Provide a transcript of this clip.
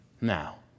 Now